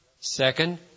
Second